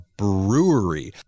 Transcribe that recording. brewery